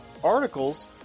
articles